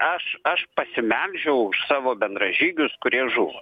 aš aš pasimeldžiau už savo bendražygius kurie žuvo